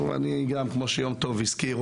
כמו שיום טוב הזכיר,